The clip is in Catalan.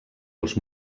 als